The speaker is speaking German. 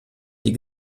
die